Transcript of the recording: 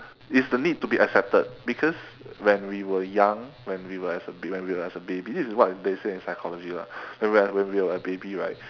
is the need to be accepted because when we were young when we were as a when we were as a baby this is what they say in psychology lah when we were when we were a baby right